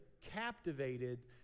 captivated